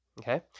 okay